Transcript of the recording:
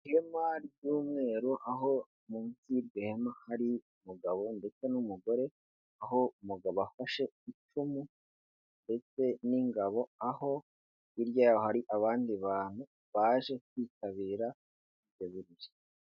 Ihema ry'umweru, aho munsi y'iryo hema hari umugabo ndetse n'umugore, aho umugabo afashe icumu ndetse n'ingabo, aho hirya yaho hari abandi bantu baje kwitabira ibyo birori.